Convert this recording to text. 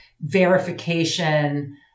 verification